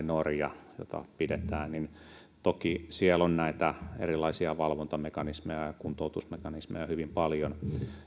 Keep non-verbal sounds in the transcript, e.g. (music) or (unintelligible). (unintelligible) norja jota pidetään vankeinhoidon mallimaana euroopassa toki siellä on erilaisia valvontamekanismeja ja kuntoutusmekanismeja hyvin paljon ja ne